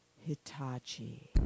Hitachi